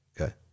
Okay